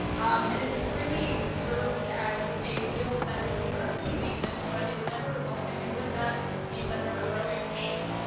um and it's it's really served as a field that is incredibly nascent, but is ever evolving. and with that means that there are growing pains.